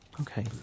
Okay